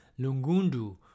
Lungundu